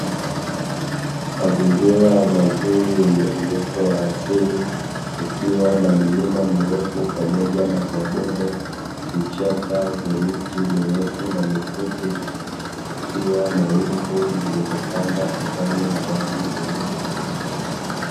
Mazingira mazuri yenye uoto wa asili, ikiwa na milima mirefu pamoja na mabonde, vichaka na miti mirefu na mifupi, kukiwa na wingu lililotanda angani la rangi nyeupe.